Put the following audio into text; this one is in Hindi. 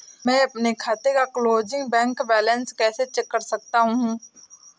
मैं अपने खाते का क्लोजिंग बैंक बैलेंस कैसे चेक कर सकता हूँ?